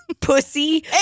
pussy